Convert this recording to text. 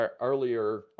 Earlier